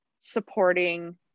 supporting